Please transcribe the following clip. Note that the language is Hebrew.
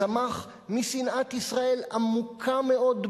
צמח משנאת ישראל עמוקה מאוד,